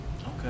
Okay